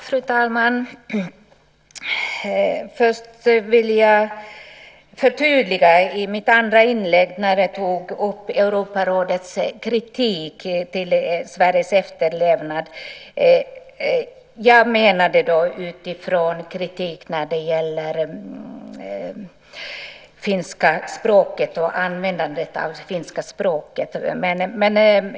Fru talman! Först vill jag förtydliga det jag sade i mitt andra inlägg när jag tog upp Europarådets kritik av Sveriges efterlevnad. Jag menade då kritik när det gäller finska språket och användandet av det.